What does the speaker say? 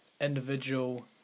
individual